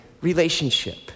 Relationship